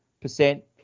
percent